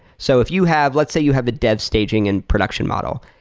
so if you have let's say you have dev staging and production model.